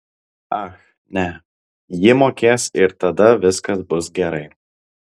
ach ne ji mokės ir tada viskas bus gerai